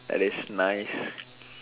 that is nice